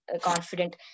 confident